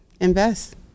invest